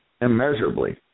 immeasurably